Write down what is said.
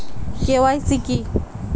KYC কি?